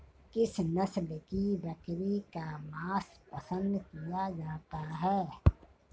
किस नस्ल की बकरी का मांस पसंद किया जाता है?